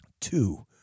Two